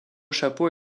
chapeau